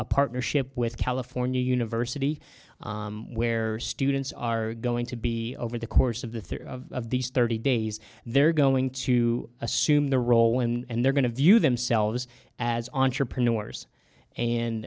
a partnership with california university where students are going to be over the course of the three of these thirty days they're going to assume the role and they're going to view themselves as entrepreneurs and